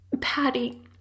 Patty